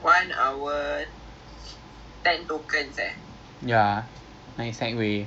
there will be a tour guide so then you can like literally explore a lot of places in sentosa just by the segway